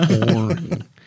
boring